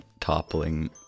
toppling